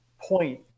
point